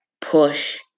push